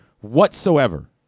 whatsoever